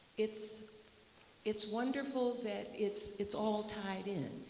it's it's wonderful that it's it's all tied in.